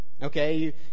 Okay